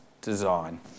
design